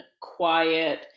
quiet